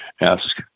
ask